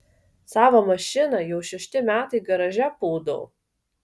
savo mašiną jau šešti metai garaže pūdau